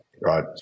right